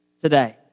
today